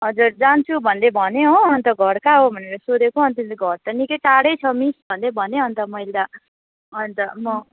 हजुर जान्छु भन्दै भन्यो हो अन्त घर कहाँ हो भनेर सोधेको अन्त घर त निकै टाढै छ मिस भन्दै भन्यो अन्त मैले त अन्त म